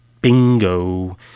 Bingo